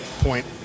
point